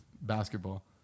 basketball